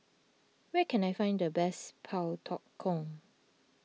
where can I find the best Pak Thong Ko